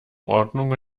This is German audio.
ordnung